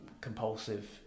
compulsive